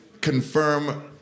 confirm